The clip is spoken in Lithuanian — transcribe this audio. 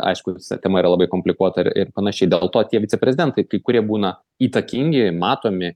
aišku visa tema yra labai komplikuota ir ir panašiai dėl to tie viceprezidentai kaip kurie būna įtakingi matomi